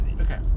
okay